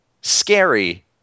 scary